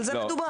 על זה מדובר.